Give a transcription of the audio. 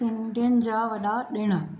सिंधियुनि जा वॾा ॾिणु